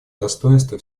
достоинства